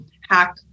hack